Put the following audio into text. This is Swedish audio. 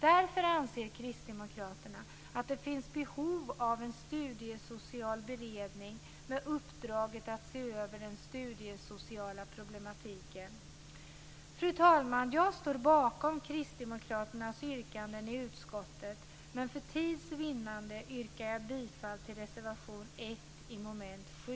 Därför anser kristdemokraterna att det finns behov av en studiesocial beredning med uppdrag att se över den studiesociala problematiken. Fru talman! Jag står bakom kristdemokraternas yrkanden i utskottet, men för tids vinnande yrkar jag bifall endast till reservation 1 under mom. 7.